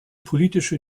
politische